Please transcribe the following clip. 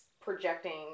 projecting